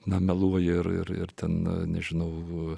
nemeluoja ir ir na nežinau visų